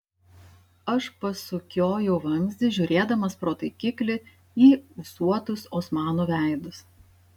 aš pasukiojau vamzdį žiūrėdamas pro taikiklį į ūsuotus osmanų veidus